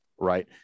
right